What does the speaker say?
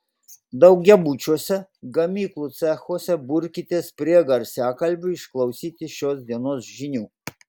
daugiabučiuose gamyklų cechuose burkitės prie garsiakalbių išklausyti šios dienos žinių